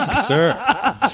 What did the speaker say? sir